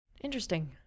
Interesting